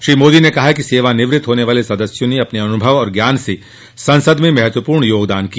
श्री मोदी ने कहा कि सेवानिवृत्त होने वाले सदस्यों ने अपने अनुभव और ज्ञान से संसद में महत्वपूर्ण योगदान दिया